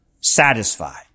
satisfied